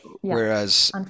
Whereas